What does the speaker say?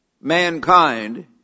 mankind